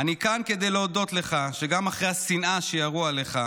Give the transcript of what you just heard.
אני כאן כדי להודות לך שגם אחרי השנאה שירו עליך,